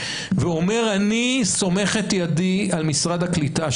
ואומר: אני סומך את ידי על משרד הקליטה,